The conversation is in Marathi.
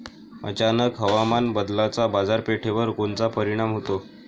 अचानक हवामान बदलाचा बाजारपेठेवर कोनचा परिणाम होतो?